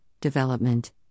development